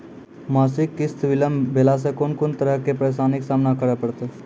मासिक किस्त बिलम्ब भेलासॅ कून कून तरहक परेशानीक सामना करे परतै?